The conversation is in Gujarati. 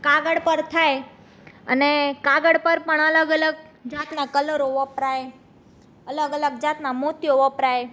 કાગળ પર થાય અને કાગળ પર પણ અલગ અલગ જાતના કલરો વપરાય અલગ અલગ જાતનાં મોતીઓ વપરાય